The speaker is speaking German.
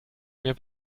mehr